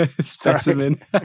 Specimen